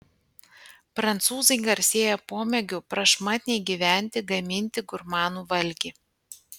prancūzai garsėja pomėgiu prašmatniai gyventi gaminti gurmanų valgį